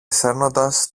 σέρνοντας